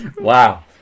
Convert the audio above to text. Wow